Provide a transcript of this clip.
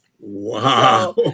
Wow